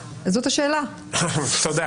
תודה.